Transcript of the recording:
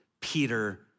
Peter